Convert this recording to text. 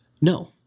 No